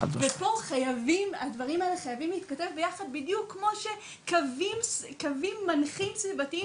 ופה הדברים האלה חייבים להתכתב ביחד בדיוק כמו שקווים מנחים סביבתיים,